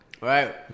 right